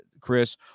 chris